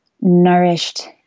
nourished